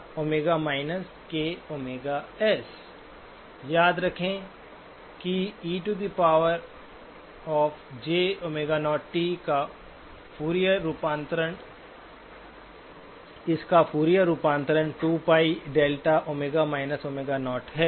बस याद रखें कि e jΩ0t का फूरियर रूपांतरण इस का फूरियर रूपांतरण 2πδΩ−Ω0 है